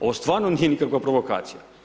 Ovo stvarno nije nikakva provokacija.